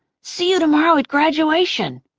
see you tomorrow at graduation.